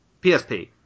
PSP